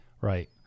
Right